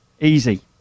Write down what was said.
easy